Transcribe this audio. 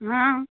हाँ